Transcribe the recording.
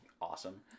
awesome